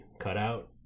cutout